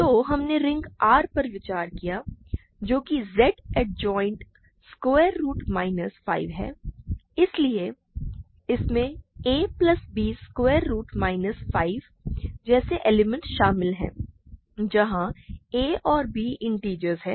तो हमने ring R पर विचार किया जो कि Z adjoint square root minus 5 है इसलिए इसमें a plus b square root minus 5 जैसे एलिमेंट शामिल है जहाँ a और b इंटिजर्स हैं